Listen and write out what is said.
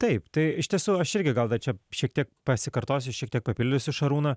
taip tai iš tiesų aš irgi gal dar čia šiek tiek pasikartosiu šiek tiek papildysiu šarūną